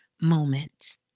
moment